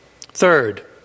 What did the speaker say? Third